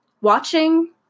watching